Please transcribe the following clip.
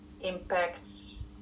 impacts